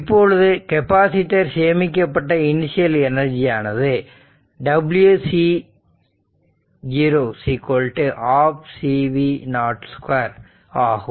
இப்பொழுது கெப்பாசிட்டர் சேமிக்கப்பட்ட இனிஷியல் எனர்ஜியானது Wc ½ C V0 2 ஆகும்